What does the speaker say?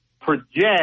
project